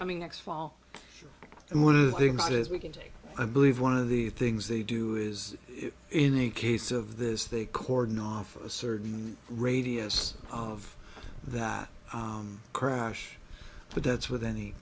coming next fall and one of the things as we can take i believe one of the things they do is in the case of this they cordon off a certain radius of that crash but that's with any